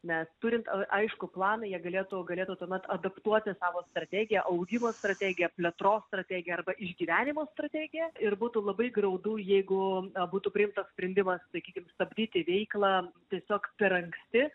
net turint aiškų planą jie galėtų galėtų tuomet adaptuoti savo strategiją augimo strategiją plėtros strategiją arba išgyvenimo strategiją ir būtų labai graudu jeigu būtų priimtas sprendimas sakykim stabdyti veiklą tiesiog per anksti